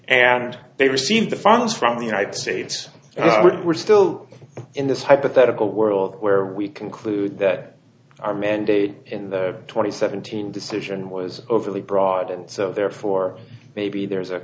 and they received the funds from the united states and we were still in this hypothetical world where we concluded that our mandate in the twenty seventeen decision was overly broad and so therefore maybe there's a